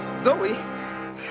Zoe